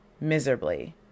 miserably